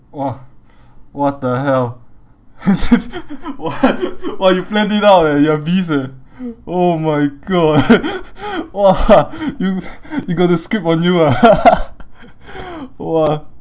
!wah! what the hell what !wah! you plan it out eh you are beast eh oh my god !wah! you you got the script on you ah !wah!